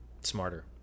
smarter